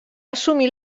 assumir